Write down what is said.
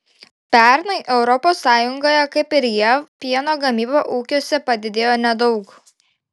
pernai europos sąjungoje kaip ir jav pieno gamyba ūkiuose padidėjo nedaug